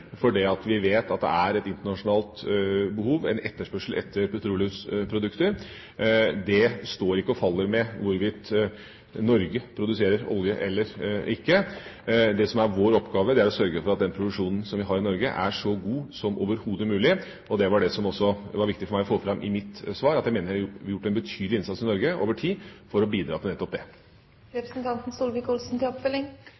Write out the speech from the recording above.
for vi vet at det er et internasjonalt behov, en etterspørsel, etter petroleumsprodukter. Det står og faller ikke med hvorvidt Norge produserer olje eller ikke. Det som er vår oppgave, er å sørge for at den produksjonen som vi har i Norge, er så god som overhodet mulig. Det som det også var viktig for meg å få fram i mitt svar, var at jeg mener det er gjort en betydelig innsats i Norge over tid for å bidra til nettopp